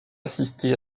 assister